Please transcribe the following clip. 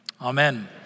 Amen